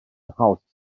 houses